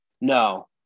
No